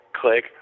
click